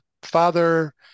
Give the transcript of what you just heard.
father